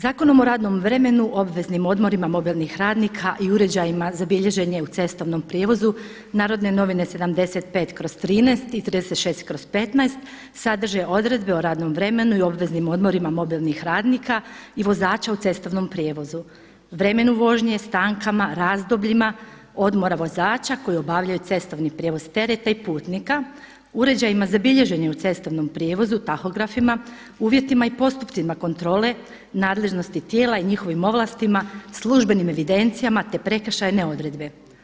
Zakonom o radnom vremenu, obveznim odmorima mobilnih radnika i uređajima za bilježenje u cestovnom prijevozu Narodne novine 75/13 i 36/15 sadrže odredbe o radnom vremenu i obveznim odmorima mobilnih radnika i vozača u cestovnom prijevozu, vremenu vožnje, stankama, razdobljima odmora vozača koji obavljaju cestovni prijevoz tereta i putnika, uređajima za bilježenje u cestovnom prijevozu, tahografima, uvjetima i postupcima kontrole, nadležnosti tijela i njihovim ovlastima, službenim evidencijama, te prekršajne odredbe.